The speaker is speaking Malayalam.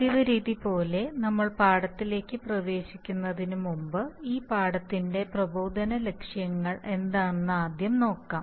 പതിവ് രീതി പോലെ നമ്മൾ പാഠത്തിലേക്ക് പ്രവേശിക്കുന്നതിന് മുമ്പ് ഈ പാഠത്തിന്റെ പ്രബോധന ലക്ഷ്യങ്ങൾ എന്താണെന്ന് ആദ്യം നോക്കാം